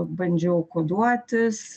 bandžiau koduotis